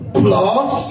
plus